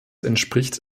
entspricht